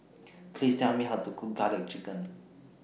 Please Tell Me How to Cook Garlic Chicken